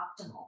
optimal